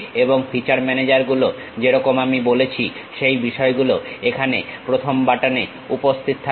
এবং feature manager গুলো যেরকম আমি বলেছি সেই বিষয়গুলো এখানে প্রথম বাটন এ উপস্থিত থাকবে